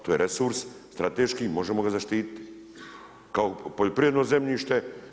To je resurs strateški, možemo ga zaštititi kao poljoprivredno zemljište.